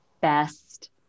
best